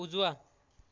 उजवा